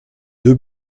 deux